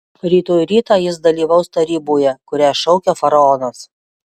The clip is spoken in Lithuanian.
rytoj rytą jis dalyvaus taryboje kurią šaukia faraonas